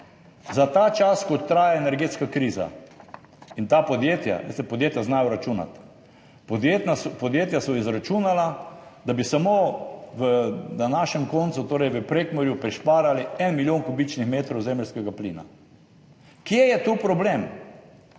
za ta čas, ko traja energetska kriza. Veste, podjetja znajo računati, podjetja so izračunala, da bi samo v našem koncu, torej v Prekmurju, prihranili 1 milijon kubičnih metrov zemeljskega plina. Kje je tu problem?